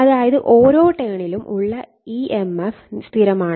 അതായത് ഓരോ ടേണിലും ഉള്ള ഇഎംഎഫ് സ്ഥിരമാണ്